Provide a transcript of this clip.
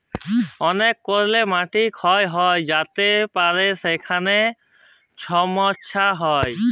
অলেক কারলে মাটি ক্ষয় হঁয়ে য্যাতে পারে যেটায় ছমচ্ছা হ্যয়